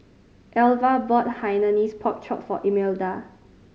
Elva bought Hainanese Pork Chop for Imelda